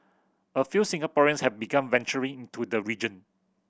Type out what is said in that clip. a few Singaporeans have begun venturing into the region